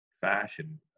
fashion